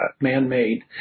man-made